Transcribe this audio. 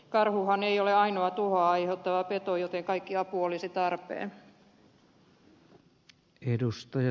karhuhan ei ole ainoa tuhoa aiheuttava peto joten kaikki apu olisi tarpeen